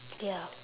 ya